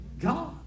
God